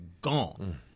gone